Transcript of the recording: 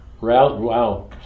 Wow